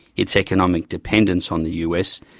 it's economic dependence on the us.